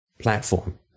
Platform